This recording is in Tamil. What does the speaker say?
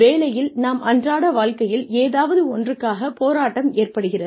வேலையில் நாம் அன்றாட வாழ்க்கையில் ஏதாவது ஒன்றுக்காக போராட்டம் ஏற்படுகிறது